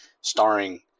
starring